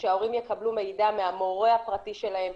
שההורים יקבלו מידע מהמורה הפרטי שלהם,